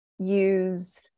Use